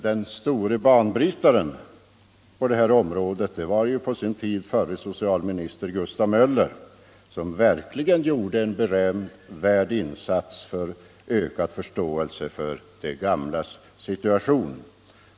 Den store banbrytaren på det här området var ju förre socialministern Gustav Möller, som på sin tid gjorde en berömvärd insats för ökad förståelse för de gamlas situation.